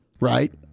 right